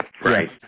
Right